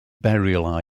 burial